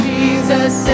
Jesus